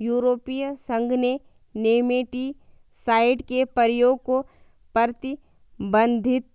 यूरोपीय संघ ने नेमेटीसाइड के प्रयोग को प्रतिबंधित